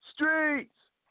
Streets